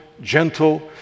gentle